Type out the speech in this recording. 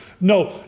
No